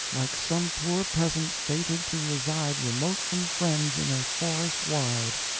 like some poor peasant fated to reside remote from friends, in a forest wide.